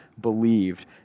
believed